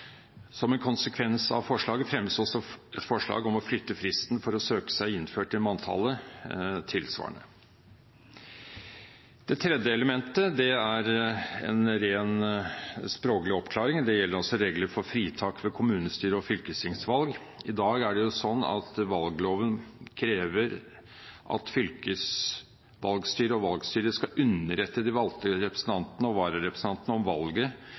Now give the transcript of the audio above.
Som en konsekvens av forslaget fremmes også forslag om å flytte fristen for å søke seg innført i manntallet tilsvarende. Det tredje elementet er en rent språklig oppklaring og gjelder regler for fritak fra kommunestyre- og fylkestingsvalg. I dag krever valgloven at fylkesvalgstyret og valgstyret skal «underrette de valgte representantene og vararepresentantene om valget